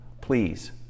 please